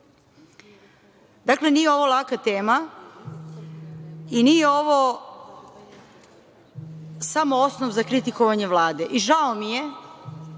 nije ovo laka tema i nije ovo samo osnov za kritikovanje Vlade. Žao mi je